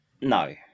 No